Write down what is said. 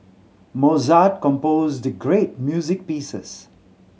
Mozart composed great music pieces